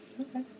Okay